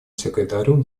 секретарю